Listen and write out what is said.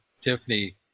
Tiffany